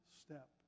step